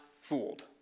fooled